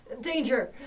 danger